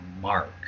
mark